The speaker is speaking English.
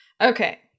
Okay